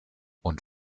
und